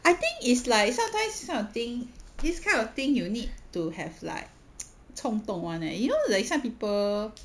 I think it's like sometimes this kind of thing this kind of thing you need to have like 冲动 [one] leh you know like some people